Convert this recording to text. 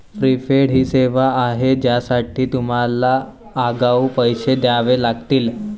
prepaid ही सेवा आहे ज्यासाठी तुम्हाला आगाऊ पैसे द्यावे लागतील